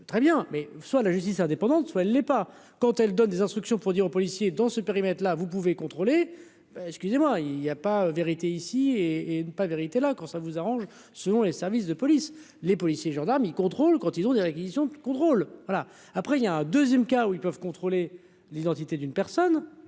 très bien mais soit la justice est indépendante, soit elle l'est pas quand elle donne des instructions pour dire aux policiers dans ce périmètre là vous pouvez contrôler, excusez-moi, il y a pas vérité ici et et ne pas vérité là quand ça vous arrange, selon les services de police, les policiers et gendarmes, il contrôle quand ils ont des réquisitions de contrôle voilà, après il y a un 2ème cas où ils peuvent contrôler l'identité d'une personne.